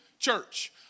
church